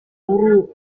guru